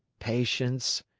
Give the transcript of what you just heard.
patience!